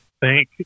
Thank